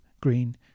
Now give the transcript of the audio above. green